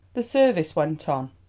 the service went on.